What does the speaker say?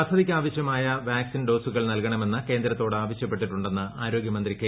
പദ്ധതിയ്ക്കാവശൃമായ vaccine ഡോസുകൾ നൽകണമെന്ന് കേന്ദ്രത്തോട് ആവശ്യപ്പെട്ടിട്ടുണ്ടെന്ന് ആരോഗ്യമന്ത്രി കെ